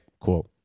cool